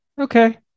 okay